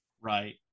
Right